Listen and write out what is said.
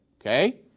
Okay